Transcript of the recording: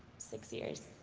six years.